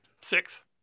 Six